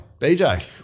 bj